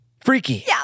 Freaky